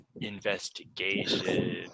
Investigation